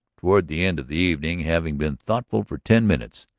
toward the end of the evening, having been thoughtful for ten minutes,